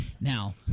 Now